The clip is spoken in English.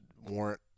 warrant